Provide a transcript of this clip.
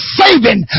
saving